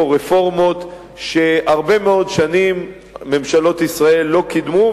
רפורמות שהרבה מאוד שנים ממשלות ישראל לא קידמו,